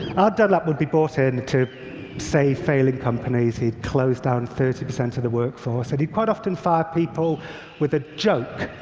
ah dunlap would be brought in to save failing companies, he'd close down thirty percent of the workforce. and he'd quite often fire people with a joke.